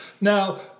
Now